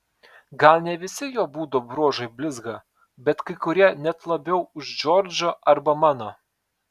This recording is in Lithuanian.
gal ne visi jo būdo bruožai blizga bet kai kurie net labiau už džordžo arba mano